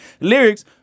Lyrics